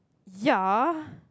ya